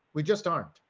we just aren't